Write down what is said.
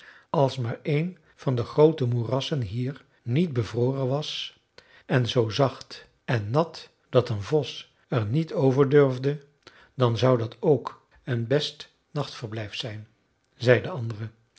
als maar een van de groote moerassen hier niet bevroren was en zoo zacht en nat dat een vos er niet over durfde dan zou dat ook een best nachtverblijf zijn zei de andere